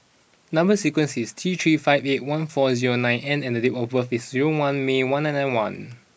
number sequence is T three five eight one four zero nine N and date of birth is zero one May one nine nine one